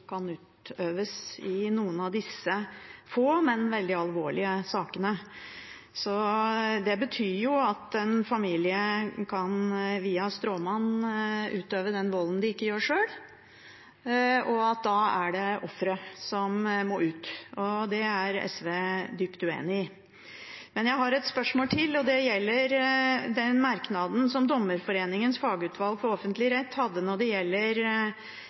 kan utøves i noen av disse få, men veldig alvorlige sakene. Det betyr at en familie via stråmann kan utøve den volden de ikke utøver sjøl, og at det da er offeret som må ut. Det er SV dypt uenig i. Men jeg har et spørsmål til: Det gjelder merknaden som Dommerforeningens fagutvalg for offentlig rett hadde om beviskravet i saker om utvisning etter eksklusjonskriteriet, hvor det